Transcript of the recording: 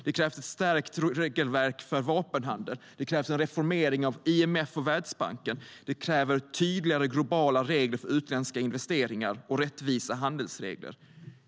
Det krävs ett stärkt regelverk för vapenhandel, en reformering av IMF och Världsbanken, tydligare globala regler för utländska investeringar och rättvisa handelsregler.